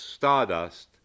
Stardust